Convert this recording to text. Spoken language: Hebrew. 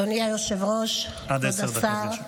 אדוני היושב-ראש, כבוד השר,